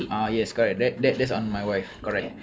ha yes correct that that that's on my wife correct